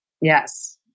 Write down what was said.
yes